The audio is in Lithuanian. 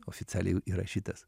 oficialiai įrašytas